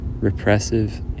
repressive